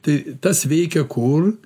tai tas veikia kur